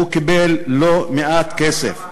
והוא קיבל לא מעט כסף.